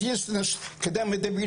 אז בבקשה,